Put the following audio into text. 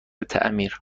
تعمیر